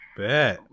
bet